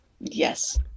yes